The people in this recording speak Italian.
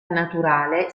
naturale